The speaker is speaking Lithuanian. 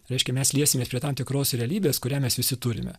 reiškia mes liesimės prie tam tikros realybės kurią mes visi turime